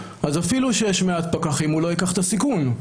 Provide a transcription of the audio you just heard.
אז אפילו שיש מעט פקחים הוא לא ייקח את הסיכון.